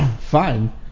fine